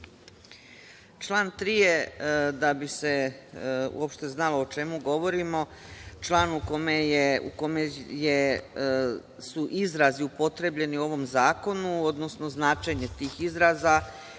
Član 3 je, da bi se uopšte znalo o čemu govorimo, član u kome su izrazi upotrebljeni u ovom zakonu, odnosno značenje tih izraza.